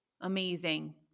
amazing